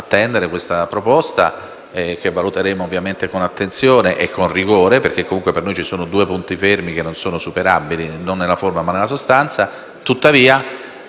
attendere questa proposta, che valuteremo con attenzione e con rigore, perché comunque per noi ci sono due punti fermi non superabili, non nella forma ma nella sostanza, il